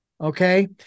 okay